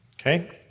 Okay